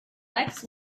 lex